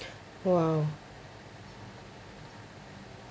!wow!